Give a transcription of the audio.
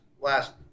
last